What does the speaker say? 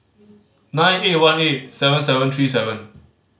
nine eight one eight seven seven three seven